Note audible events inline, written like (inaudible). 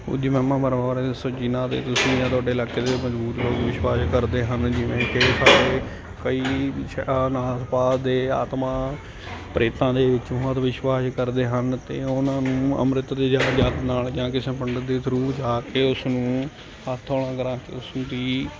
ਕੁੱਝ ਵਹਿਮਾਂ ਭਰਮਾਂ ਬਾਰੇ ਦੱਸੋ ਜਿਹਨਾਂ 'ਤੇ ਤੁਸੀਂ ਜਾਂ ਤੁਹਾਡੇ ਇਲਾਕੇ ਦੇ ਮੌਜੂਦ ਲੋਕ ਵਿਸ਼ਵਾਸ ਕਰਦੇ ਹਨ ਜਿਵੇਂ ਕਿ ਸਾਰੇ ਕਈ (unintelligible) ਦੇ ਆਤਮਾ ਪ੍ਰੇਤਾਂ ਦੇ ਵਿੱਚ ਬਹੁਤ ਵਿਸ਼ਵਾਸ ਕਰਦੇ ਹਨ ਅਤੇ ਉਹਨਾਂ ਨੂੰ ਅੰਮ੍ਰਿਤ ਦੇ ਜਲ ਨਾਲ ਜਾਂ ਕਿਸੇ ਪੰਡਿਤ ਦੇ ਥਰੂ ਜਾ ਕੇ ਉਸ ਨੂੰ ਹੱਥ ਹੌਲਾ ਕਰਵਾ ਕੇ ਉਸਦੀ